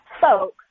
folk